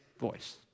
voice